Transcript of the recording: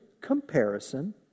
comparison